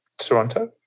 Toronto